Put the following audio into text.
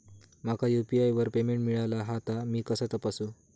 माका यू.पी.आय वर पेमेंट मिळाला हा ता मी कसा तपासू?